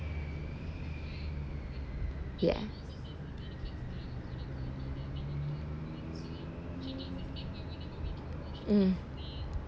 ya mm